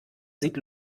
sieht